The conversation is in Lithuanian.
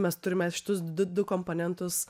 mes turime šitus du du komponentus